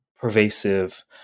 pervasive